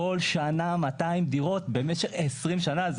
כל שנה 200 דירות, במשך 20 שנה.